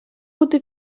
бути